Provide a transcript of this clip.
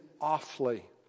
awfully